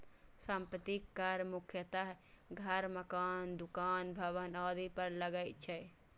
संपत्ति कर मुख्यतः घर, मकान, दुकान, भवन आदि पर लागै छै